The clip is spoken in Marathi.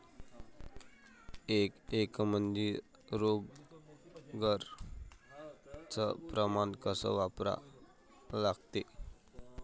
एक एकरमंदी रोगर च प्रमान कस वापरा लागते?